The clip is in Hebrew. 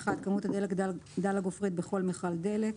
כמות הדלק דל הגופרית בכל מכל דלק.